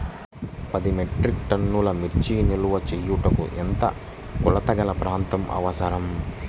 పది మెట్రిక్ టన్నుల మిర్చి నిల్వ చేయుటకు ఎంత కోలతగల ప్రాంతం అవసరం?